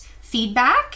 feedback